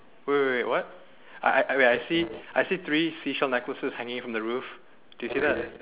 wait wait wait what I wait I I see three seashell necklaces hanging from the roof do you see that